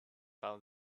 found